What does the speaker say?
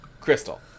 Crystal